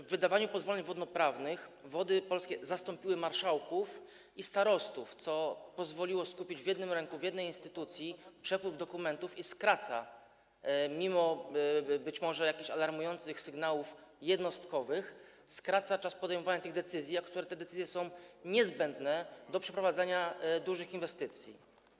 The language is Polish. W wydawaniu pozwoleń wodnoprawnych Wody Polskie zastąpiły marszałków i starostów, co pozwoliło skupić w jednym ręku, w jednej instytucji przepływ dokumentów i skraca czas, mimo może jakichś alarmujących jednostkowych sygnałów, podejmowania decyzje, a te decyzje są niezbędne do przeprowadzania dużych inwestycji.